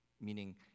Meaning